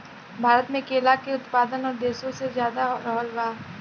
भारत मे केला के उत्पादन और देशो से ज्यादा रहल बा